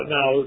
now